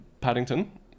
Paddington